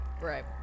Right